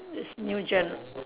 this new gen